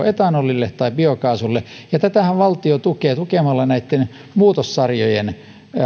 etanolille tai biokaasulle niin tätähän valtio tukee tukemalla muutossarjojen